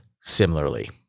similarly